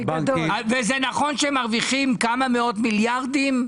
וזה נכון שהם מרוויחים כמה מאות מיליארדים?